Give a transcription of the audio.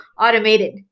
automated